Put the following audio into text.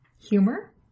Humor